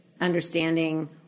understanding